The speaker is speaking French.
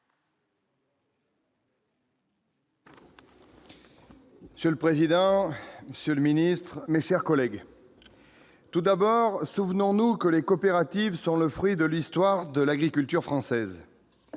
Monsieur le président, monsieur le ministre, mes chers collègues, tout d'abord, souvenons-nous que les coopératives sont le fruit de l'histoire de l'agriculture française.